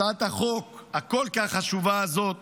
הצעת החוק הכל-כך חשובה הזאת